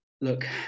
look